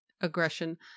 aggression